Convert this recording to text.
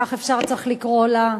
כך אפשר וצריך לקרוא לה,